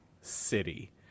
city